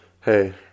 Hey